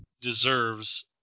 deserves